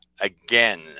again